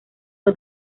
fue